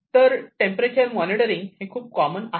तर temperature monitoring हे खूप कॉमन आहे